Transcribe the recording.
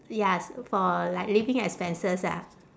yes for like living expenses ah